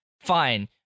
fine